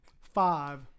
five